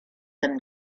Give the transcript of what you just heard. them